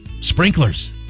sprinklers